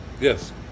Yes